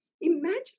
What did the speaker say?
imagine